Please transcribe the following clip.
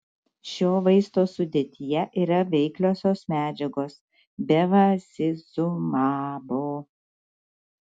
šio vaisto sudėtyje yra veikliosios medžiagos bevacizumabo